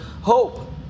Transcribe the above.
hope